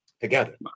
together